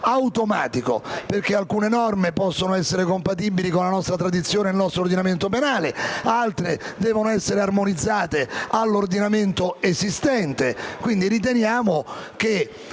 momento che alcune norme possono essere compatibili con la nostra tradizione ed il nostro ordinamento penale, ed altre devono essere armonizzate all'ordinamento esistente. Riteniamo quindi